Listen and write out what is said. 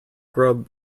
grub